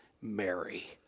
Mary